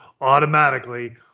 automatically